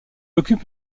occupe